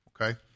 okay